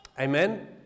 Amen